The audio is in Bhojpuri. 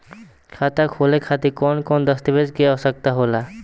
खाता खोले खातिर कौन कौन दस्तावेज के आवश्यक होला?